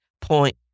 point